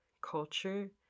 culture